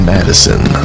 Madison